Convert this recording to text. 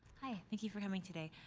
hi, thank you for coming today.